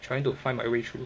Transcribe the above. trying to find my through